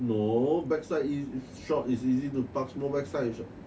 no backside is short is easy to park small backside